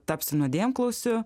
tapsi nuodėmklausiu